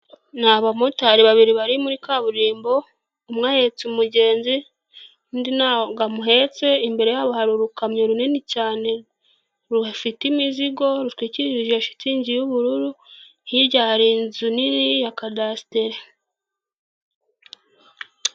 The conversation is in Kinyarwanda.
Ni abamotari babiri bari muri kaburimbo umwe ahetse umugenzi, undi ntabwo amuhetse, imbere yabo hari urukamyo runini cyane ruhafite imizigo rutwikirije shitingi y'ubururu, hirya hari inzu nini ya kadasiteri.